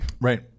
Right